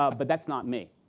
ah but that's not me.